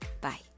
Bye